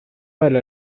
mal